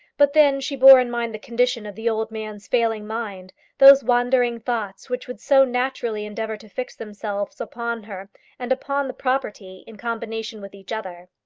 but then she bore in mind the condition of the old man's failing mind those wandering thoughts which would so naturally endeavour to fix themselves upon her and upon the property in combination with each other.